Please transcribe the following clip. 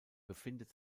befindet